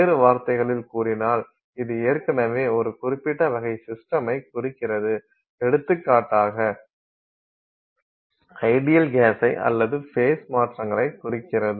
வேறு வார்த்தைகளில் கூறினால் இது ஏற்கனவே ஒரு குறிப்பிட்ட வகை சிஸ்டமை குறிக்கிறது எடுத்துக்காட்டாக ஐடியல் கேஸை அல்லது ஃபேஸ் மாற்றங்களை குறிக்கிறது